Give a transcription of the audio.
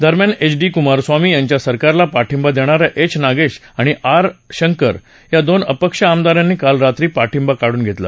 दरम्यान H D Kumaraswamy यांच्या सरकारला पाठिंबा देणा या एच नागेश आणि आर शंकर या दोन अपक्ष आमदारांनी काल रात्री पाठिंबा काढून घेतला